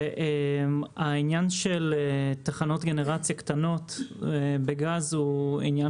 העניין של תחנות גנרציה קטנות בגז הוא עניין